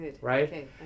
right